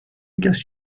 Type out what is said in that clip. guess